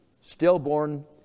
stillborn